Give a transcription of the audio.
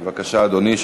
בבקשה, אדוני.